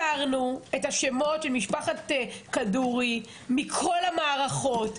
הסרנו את השמות של משפחת כדורי מכל המערכות.